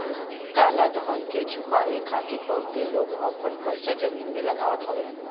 काला धन के छुपावे खातिर बहुते लोग आपन पईसा जमीन में लगावत हवे